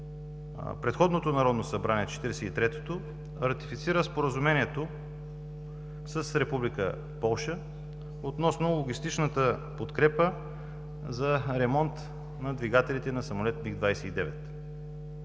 Предходното Народно събрание – 43-тото, ратифицира Споразумението с Република Полша относно логистичната подкрепа за ремонт на двигателите на самолети МиГ-29.